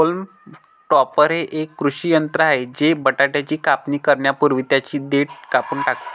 haulm topper हे एक कृषी यंत्र आहे जे बटाट्याची कापणी करण्यापूर्वी त्यांची देठ कापून टाकते